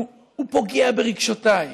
הוא פוגע ברגשותיי.